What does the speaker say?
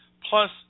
Plus